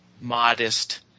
modest